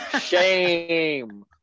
shame